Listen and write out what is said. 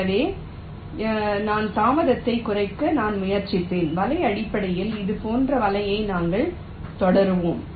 எனவே இதன் தாமதத்தை குறைக்க நான் முயற்சிப்பேன் வலை அடிப்படையில் இது போன்ற வலையை நாங்கள் தொடருவோம்